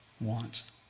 want